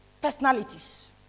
personalities